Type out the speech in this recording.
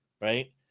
right